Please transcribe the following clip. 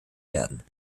werden